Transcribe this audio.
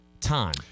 time